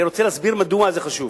אני רוצה להסביר מדוע זה חשוב.